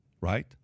right